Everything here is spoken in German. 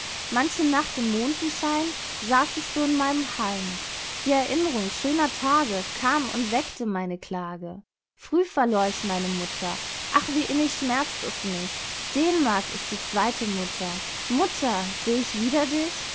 manche nacht im mondenschein saß ich so in meinem hain die erinn'rung schöner tage kam und weckte meine klage früh verlor ich meine mutter ach wie innig schmerzt es mich dän'mark ist die zweite mutter mutter seh ich wieder dich